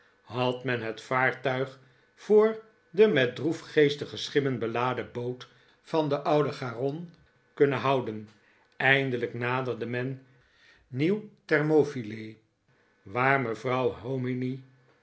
had men het vaartuig voor de met droefgeestige schimmen beladen boot van den ouden charon kunnen houden eindelijk naderde men nieuw thermopyle waar mevrouw hominy